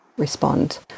respond